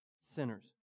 sinners